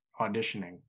auditioning